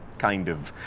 kind of.